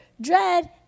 dread